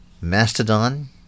Mastodon